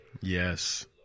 Yes